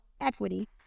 Equity